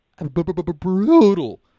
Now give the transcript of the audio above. brutal